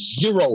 zero